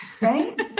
right